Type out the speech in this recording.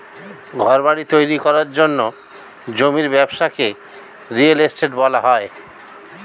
ঘরবাড়ি তৈরি করার জন্য জমির ব্যবসাকে রিয়েল এস্টেট বলা হয়